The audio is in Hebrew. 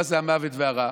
מה זה המוות והרע?